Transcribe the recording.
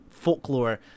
folklore